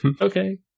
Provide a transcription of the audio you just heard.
Okay